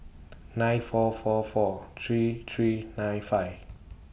nine four four four three three nine five